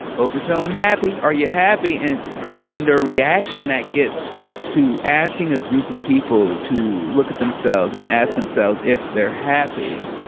hope you feeling happy. are you happy and in the reaction that gives to asking a group of people to look at themselves and ask themselves if they're happy.